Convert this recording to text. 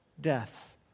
death